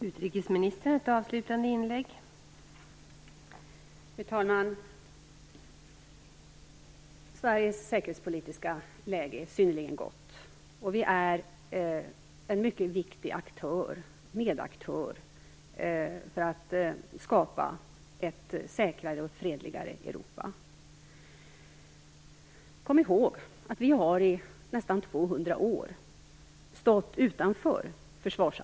Fru talman!